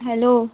hello